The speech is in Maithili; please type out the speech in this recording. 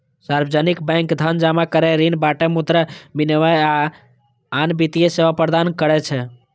सार्वजनिक बैंक धन जमा करै, ऋण बांटय, मुद्रा विनिमय, आ आन वित्तीय सेवा प्रदान करै छै